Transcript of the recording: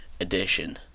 edition